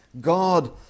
God